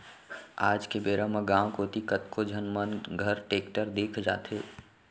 आज के बेरा म गॉंव कोती कतको झन मन घर टेक्टर दिख जाथे